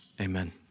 Amen